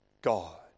God